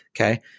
Okay